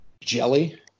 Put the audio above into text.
jelly